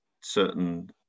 certain